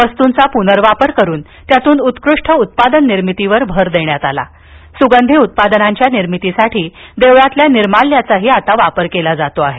वस्तूंचा पूनर्वापर करून त्यातून उत्कृष्ट उत्पादन निर्मितीवर भर दिला असून सुगंधी उत्पादनांच्या निर्मितीसाठी देवळातील निर्माल्याचाही वापर केला जातो आहे